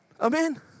Amen